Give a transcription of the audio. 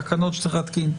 תקנות שצריך להתקין.